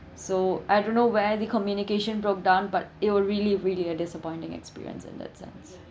so I don't know where the communication broke down but it were really really a disappointing experience in that sense